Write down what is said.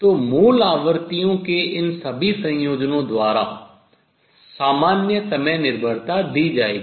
तो मूल आवृत्तियों के इन सभी संयोजनों द्वारा सामान्य समय निर्भरता दी जाएगी